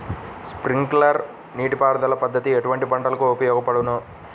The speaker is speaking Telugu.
స్ప్రింక్లర్ నీటిపారుదల పద్దతి ఎటువంటి పంటలకు ఉపయోగపడును?